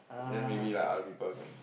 then maybe like other people can